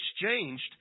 exchanged